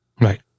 Right